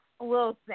Wilson